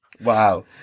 Wow